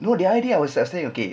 no the idea I was just saying okay